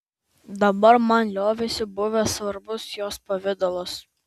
dabar man liovėsi buvęs svarbus jos pavidalas